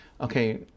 okay